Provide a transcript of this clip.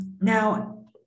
Now